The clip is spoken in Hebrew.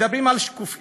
מדברים על שקיפות,